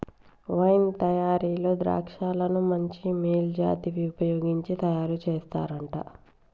wine తయారీలో ద్రాక్షలను మంచి మేలు జాతివి వుపయోగించి తయారు చేస్తారంట